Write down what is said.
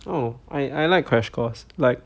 oh I I like crash course like